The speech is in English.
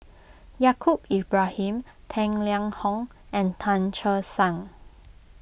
Yaacob Ibrahim Tang Liang Hong and Tan Che Sang